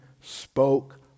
spoke